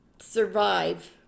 survive